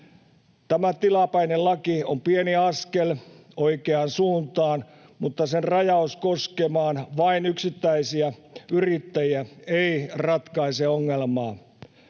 Tämä tilapäinen laki on pieni askel oikeaan suuntaan, mutta sen rajaus vain yksittäisiin yrittäjiin ei ratkaise ongelmaa.